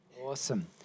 Awesome